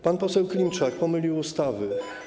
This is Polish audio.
Pan poseł Klimczak pomylił ustawy.